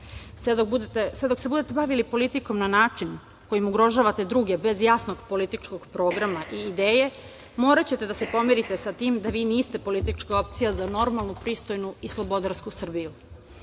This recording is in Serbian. dok se budete bavili politikom na način kojim ugrožavate druge bez jasnog političkog programa i ideje moraćete da se pomirite sa tim da vi niste politička opcija za normalnu, pristojnu i slobodarsku Srbiju.